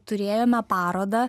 turėjome parodą